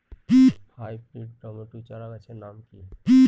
Hybrid tomato চারাগাছের নাম কি?